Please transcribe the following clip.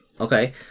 Okay